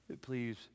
Please